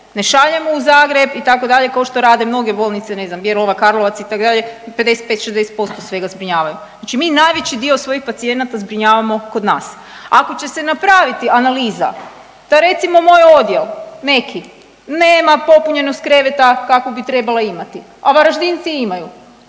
ne šaljemo u Zagreb itd. kao što rade mnoge bolnice ne znam Bjelovar, Karlovac itd. 55, 60% svega zbrinjavaju. Znači mi najveći dio svojih pacijenata zbrinjavamo kod nas. Ako će se napraviti analiza da recimo moj odjel neki nema popunjenost kreveta kakvu bi trebala imati, a Varaždinci imaju